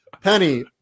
Penny